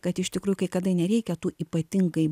kad iš tikrųjų kai kada nereikia tų ypatingai